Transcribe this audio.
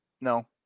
No